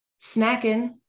snacking